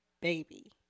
Baby